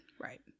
right